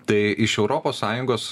tai iš europos sąjungos